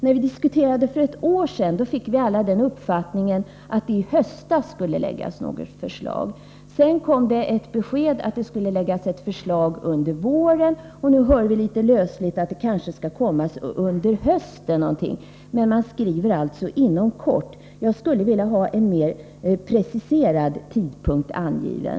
När frågan diskuterades för ett år sedan fick vi alla den uppfattningen att ett förslag skulle läggas fram i höstas. Sedan kom det besked om att ett förslag var att vänta under våren. Nu sägs det litet lösligt att besked kanske skall komma under hösten, men man skriver ”inom kort”. Jag skulle vilja ha en mer preciserad tidpunkt angiven.